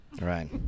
Right